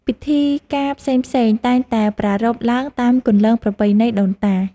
ពិធីការផ្សេងៗតែងតែប្រារព្ធឡើងតាមគន្លងប្រពៃណីដូនតា។